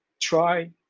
Try